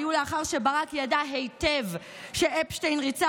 היו לאחר שברק ידע היטב שאפשטיין ריצה